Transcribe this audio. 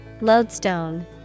Lodestone